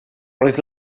roedd